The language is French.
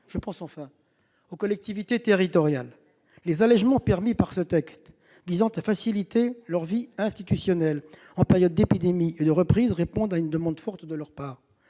je pense aux collectivités territoriales. Les allègements permis par ce texte, visant à faciliter leur vie institutionnelle en période d'épidémie et de reprise, répondent à une demande forte de leur part.